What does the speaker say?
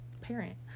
parent